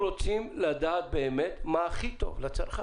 אנחנו רוצים לדעת מה הכי טוב לצרכן,